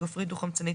גופרית דו חמצנית,